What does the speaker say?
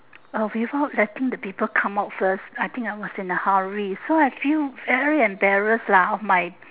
uh without letting the people come out first I think I was in a hurry so I feel very embarrassed lah of my